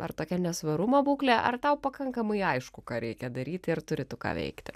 ar tokia nesvarumo būklė ar tau pakankamai aišku ką reikia daryti ir turi tu ką veikti